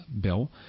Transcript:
bill